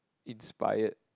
inspired